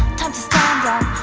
time to stand up,